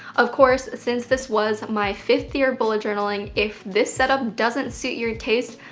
of course, since this was my fifth year bullet journaling, if this setup doesn't suit your taste,